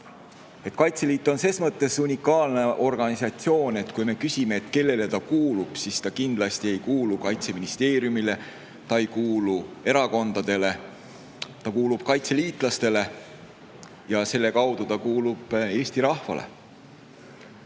Kaitseliit on ses mõttes unikaalne organisatsioon, kui me küsime, kellele ta kuulub. Ta kindlasti ei kuulu Kaitseministeeriumile, ta ei kuulu erakondadele, vaid ta kuulub kaitseliitlastele ja selle kaudu ta kuulub Eesti rahvale. Küsiks,